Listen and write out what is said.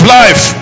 life